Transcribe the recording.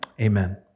Amen